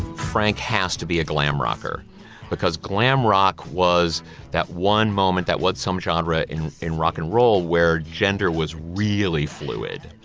frank has to be a glam rocker because glam rock was that one moment that was some genre in in rock and roll where gender was really fluid.